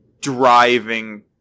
driving